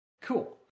cool